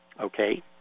Okay